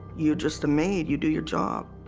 you just made you do your job